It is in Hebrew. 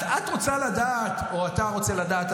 את רוצה לדעת או אתה רוצה לדעת,